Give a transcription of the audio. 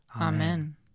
Amen